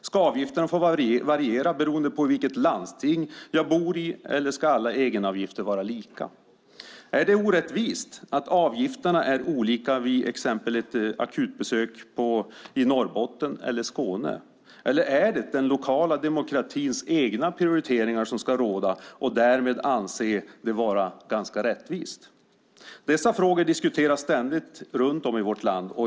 Ska avgifterna få variera beroende på vilket landsting jag bor i, eller ska alla egenavgifter vara lika? Är det orättvist att avgifterna är olika exempelvis vid ett akutbesök i Norrbotten eller i Skåne? Eller är det så att den lokala demokratins egna prioriteringar ska råda och det därmed ska anses vara ganska rättvist? Dessa frågor diskuteras ständigt runt om i vårt land.